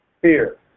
Fear